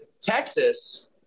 Texas